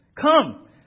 Come